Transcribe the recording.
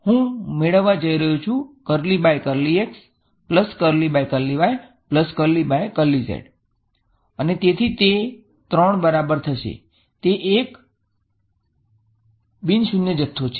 હું મેળવવા જઇ રહ્યો છું અને તેથી તે 3 બરાબર થશે તે એક શૂન્ય બિન જથ્થો છે